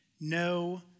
no